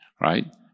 right